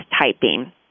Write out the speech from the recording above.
typing